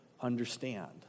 understand